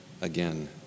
again